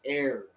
air